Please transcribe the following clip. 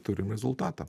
turim rezultatą